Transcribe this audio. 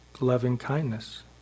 loving-kindness